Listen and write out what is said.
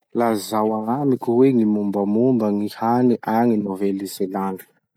Lazao agnamiko hoe gny mombamomba gny hany agny Nouvelle-Zélande?